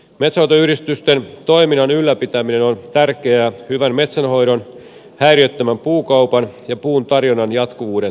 metsänhoitoyhdistysten toiminnan ylläpitäminen on tärkeää hyvän metsänhoidon häiriöttömän puukaupan ja puun tarjonnan jatkuvuuden turvaamiseksi